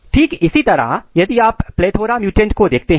ठीक इसी तरह यदि आप प्लैथोरा म्युटेंट को देखते हैं